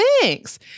Thanks